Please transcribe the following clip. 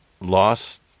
Lost